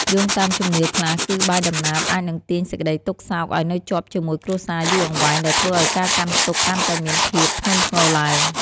យោងតាមជំនឿខ្លះ គឺ បាយដំណើបអាចនឹងទាញសេចក្តីទុក្ខសោកឱ្យនៅជាប់ជាមួយគ្រួសារយូរអង្វែងដែលធ្វើឱ្យការកាន់ទុក្ខកាន់តែមានភាពធ្ងន់ធ្ងរឡើង។